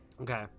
Okay